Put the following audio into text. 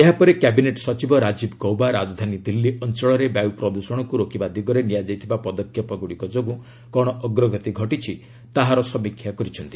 ଏହା ପରେ କ୍ୟାବିନେଟ୍ ସଚିବ ରାଜୀବ ଗୌବା ରାଜଧାନୀ ଦିଲ୍ଲୀ ଅଞ୍ଚଳରେ ବାୟୁ ପ୍ରଦୂଷଣକୁ ରୋକିବା ଦିଗରେ ନିଆଯାଇଥିବା ପଦକ୍ଷେପଗୁଡ଼ିକ ଯୋଗୁଁ କ'ଣ ଅଗ୍ରଗତି ଘଟିଛି ତାହାର ସମୀକ୍ଷା କରିଛନ୍ତି